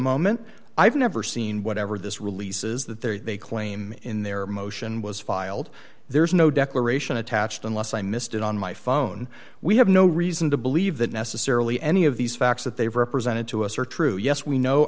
moment i've never seen whatever this releases that there they claim in their motion was filed there's no declaration attached unless i missed it on my phone we have no reason to believe that necessarily any of these facts that they've represented to us are true yes we know